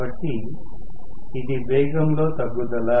కాబట్టి ఇది వేగంలో తగ్గుదల